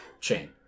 chain